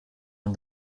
man